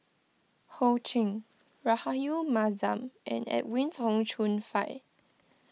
Ho Ching Rahayu Mahzam and Edwin Tong Chun Fai